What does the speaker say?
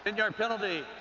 and yard penalty,